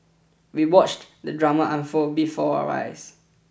we watched the drama unfold before our eyes